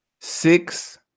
six